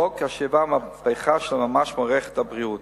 חוק אשר היווה מהפכה של ממש במערכת הבריאות.